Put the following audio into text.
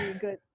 good